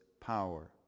power